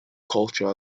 culture